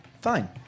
fine